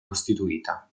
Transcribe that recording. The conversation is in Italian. costituita